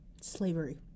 Slavery